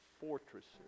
fortresses